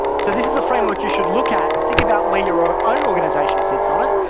so this is a framework you should look at and think about where your ah own organization sits on it.